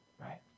Right